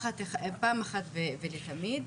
פעם אחת ולתמיד,